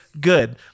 good